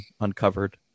uncovered